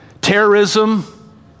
terrorism